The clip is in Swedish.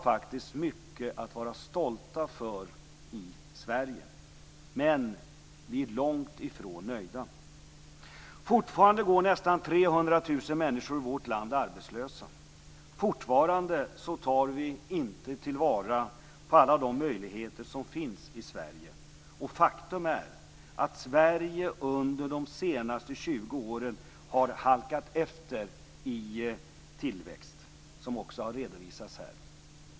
Vi har mycket att vara stolta över i Sverige. Men vi är långt ifrån nöjda. Fortfarande går nästan 300 000 människor i vårt land arbetslösa. Fortfarande tar vi inte till vara alla de möjligheter som finns i Sverige. Faktum är också att Sverige under de senaste 20 åren har halkat efter i tillväxt, vilket också har redovisats här.